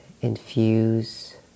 infuse